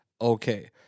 okay